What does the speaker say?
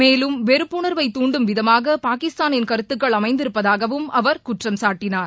மேலும் வெறுப்புணர்வை துண்டும் விதமாக பாகிஸ்தானின் கருத்துக்கள் அமைந்திருப்பதாகவும் அவர் குற்றம் சாட்டினார்